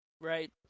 right